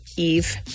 Eve